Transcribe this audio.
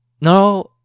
No